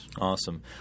Awesome